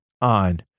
on